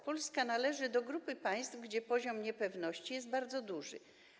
Polska należy do grupy państw, gdzie poziom niepewności jest bardzo duży.